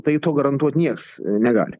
tai to garantuot nieks negali